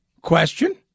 Question